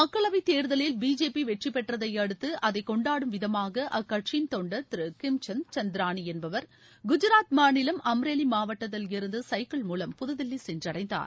மக்களவை தேர்தலில் பிஜேபி பெற்றி பெற்றதை அடுத்து அதை கொண்டாடும் விதமாக அக்கட்சியின் தொண்டர் திரு கிம்சந்த் சந்திரானி என்பவர் குஜராத் மாநிலம் அம்ரேலி மாவட்டத்திலிருந்து சைக்கிள் மூலம் புதுதில்லி சென்றடைந்தார்